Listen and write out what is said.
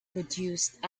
produced